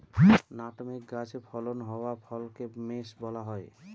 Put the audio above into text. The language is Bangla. নাটমেগ গাছে ফলন হওয়া ফলকে মেস বলা হয়